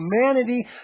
humanity